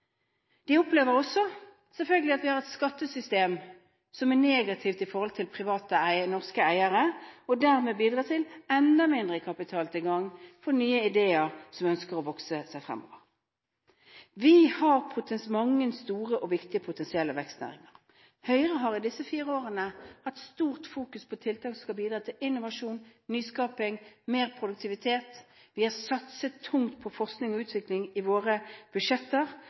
De opplever også selvfølgelig at vi har et skattesystem som er negativt med hensyn til private norske eiere, og som dermed bidrar til enda mindre kapitaltilgang for nye ideer som ønsker å vokse seg frem. Vi har mange store og viktige potensielle vekstnæringer. Høyre har i disse fire årene hatt stort fokus på tiltak som skal bidra til innovasjon, nyskaping og mer produktivitet. Vi har satset tungt på forskning og utvikling i våre budsjetter,